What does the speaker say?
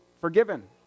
forgiven